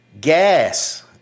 gas